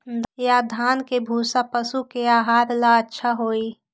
या धान के भूसा पशु के आहार ला अच्छा होई?